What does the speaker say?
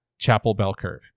ChapelBellCurve